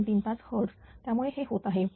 0235 hertz त्यामुळेच हे होत आहे